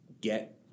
get